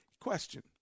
Question